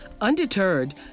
Undeterred